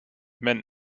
meant